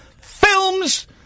films